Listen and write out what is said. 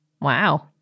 Wow